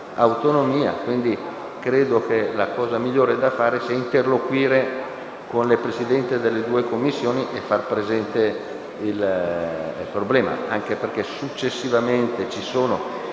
autonomia. Credo che la cosa migliore da fare sia interloquire con le Presidenze delle due Commissioni e far presente il problema. Successivamente sono